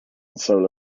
solo